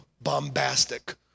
bombastic